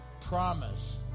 promise